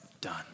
done